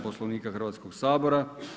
Poslovnika Hrvatskog sabora.